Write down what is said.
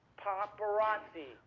paparazzi.